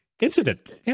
Incident